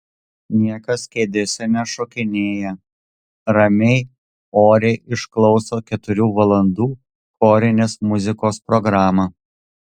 niekas kėdėse nešokinėja ramiai oriai išklauso keturių valandų chorinės muzikos programą